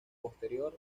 posterior